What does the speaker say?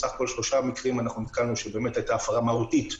נתקלנו בסך הכול בשלושה מקרים שהיתה הפרה מהותית.